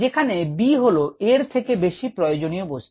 যেখানে B হল Aএর থেকে বেশি প্রয়োজনীয় বস্তু